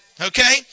okay